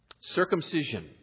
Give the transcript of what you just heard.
Circumcision